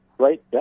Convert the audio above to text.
Right